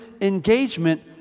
engagement